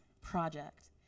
project